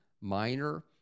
minor